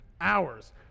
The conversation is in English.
hours